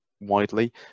widely